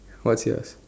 what's yours